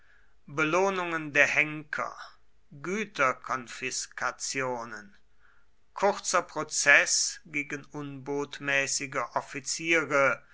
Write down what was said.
belohnungen der henker güterkonfiskationen kurzer prozeß gegen unbotmäßige offiziere